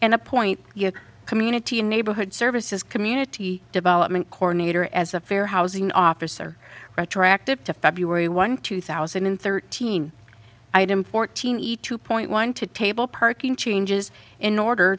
and appoint the community and neighborhood services community development corps nater as the fair housing officer retroactive to feb one two thousand and thirteen item fourteen eat two point one to table parking changes in order